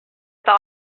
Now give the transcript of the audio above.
that